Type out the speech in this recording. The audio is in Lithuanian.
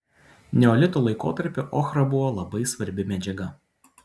neolito laikotarpiu ochra buvo labai svarbi medžiaga